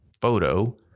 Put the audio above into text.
photo